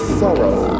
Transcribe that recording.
sorrow